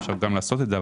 אפשר לעשות את זה,